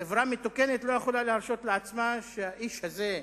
חברה מתוקנת לא יכולה להרשות לעצמה שהאיש הזה,